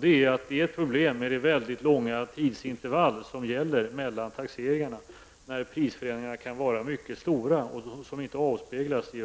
Det är ett problem med det mycket långa tidsintervallet mellan taxeringarna, eftersom prisändringarna kan vara mycket stora, trots att de inte avspeglas i